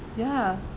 ya